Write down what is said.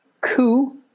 Coup